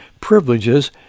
privileges